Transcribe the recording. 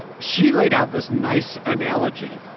she laid out this nice analogy.